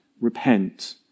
repent